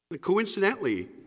Coincidentally